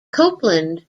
copeland